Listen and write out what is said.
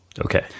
okay